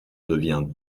devient